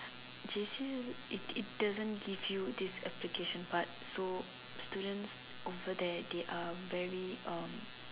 J_C it it doesn't give you this application part so students over there they are very um